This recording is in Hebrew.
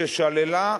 ששללה,